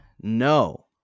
No